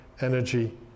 energy